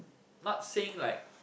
not saying like